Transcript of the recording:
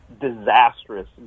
disastrous